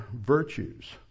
virtues